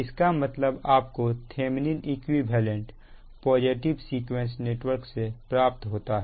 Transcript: इसका मतलब आप को Thevenin equivalent positive sequence network से प्राप्त होता है